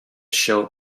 show